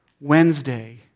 Wednesday